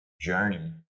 journey